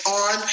on